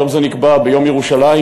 יום זה נקבע ביום ירושלים,